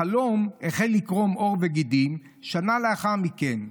החלום החל לקרום עור וגידים שנה לאחר מכן.